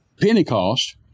Pentecost